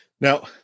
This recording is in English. Now